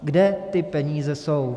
Kde ty peníze jsou?